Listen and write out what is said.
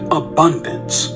abundance